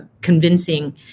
convincing